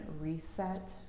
Reset